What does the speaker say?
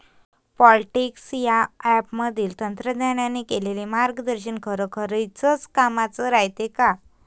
Plantix या ॲपमधील तज्ज्ञांनी केलेली मार्गदर्शन खरोखरीच कामाचं रायते का?